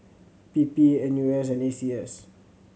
P P N U S and A C S